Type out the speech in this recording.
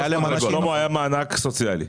היה מענק סוציאלי.